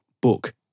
book